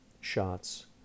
shots